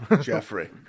Jeffrey